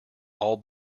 all